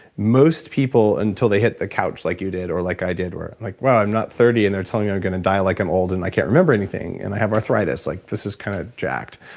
most people until they hit the couch, like you did or like i did or like, wow i'm not thirty and they're telling me i'm going to die like i'm old and i can't remember anything and i have arthritis like this is kind of jacked,